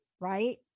right